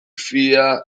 fia